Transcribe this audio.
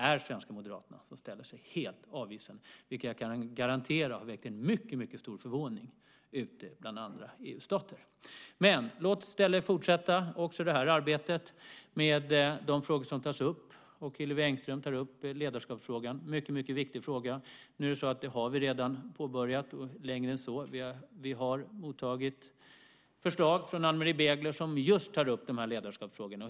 De svenska Moderaterna ställer sig helt avvisande. Jag kan garantera att det har väckt en mycket stor förvåning bland andra EU-stater. Låt oss i stället fortsätta också det här arbetet med de frågor som Hillevi Engström tar upp. Det är ledarskapsfrågan, som är en mycket viktig fråga. Vi har redan börjat där, och gjort mer än så. Vi har mottagit förslag från Ann-Marie Begler som just tar upp de här ledarskapsfrågorna.